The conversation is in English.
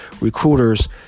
recruiters